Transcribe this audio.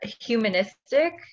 humanistic